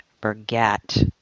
forget